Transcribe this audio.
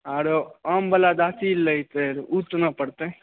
आर आम बला गाछ लैके रहय ओ केना पड़तै